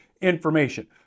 information